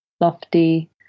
lofty